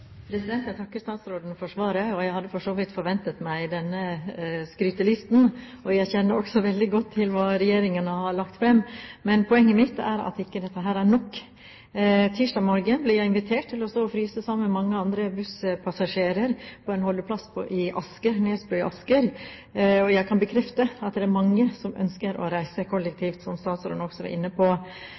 Jeg takker statsråden for svaret. Jeg hadde for så vidt ventet meg denne skrytelisten. Jeg kjenner også veldig godt til hva regjeringen har lagt fram. Poenget mitt er at dette ikke er nok. Tirsdag morgen ble jeg invitert til å stå og fryse sammen med mange andre busspassasjerer på en holdeplass på Nesbru i Asker, og jeg kan bekrefte at det er mange som ønsker å reise kollektivt, som statsråden også var inne på.